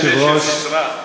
יצביע בבקשה, חברים.